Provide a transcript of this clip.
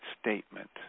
statement